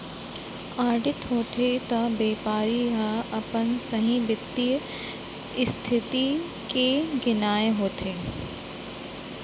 audit होथे त बेपारी ल अपन सहीं बित्तीय इस्थिति के गियान होथे